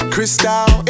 Crystal